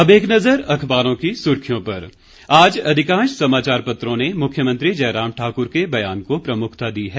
अब एक नजर अखबारों की सुर्खियों पर आज अधिकांश समाचार पत्रों ने मुख्यमंत्री जयराम ठाक्र के बयान को प्रमुखता दी है